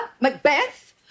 Macbeth